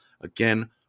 again